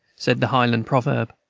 said the highland proverb.